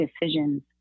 decisions